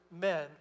men